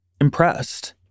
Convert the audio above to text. impressed